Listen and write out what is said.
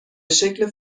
شکل